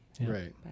right